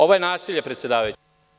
Ovo je nasilje, predsedavajući.